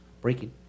Breaking